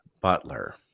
Butler